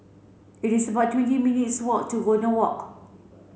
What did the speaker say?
it is about twenty minutes' walk to Golden Walk